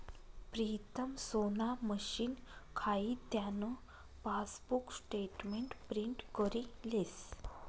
प्रीतम सोना मशीन खाई त्यान पासबुक स्टेटमेंट प्रिंट करी लेस